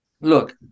Look